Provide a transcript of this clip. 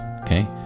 Okay